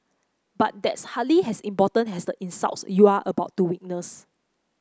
but that's hardly as important as the insults you are about to witness